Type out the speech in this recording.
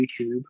YouTube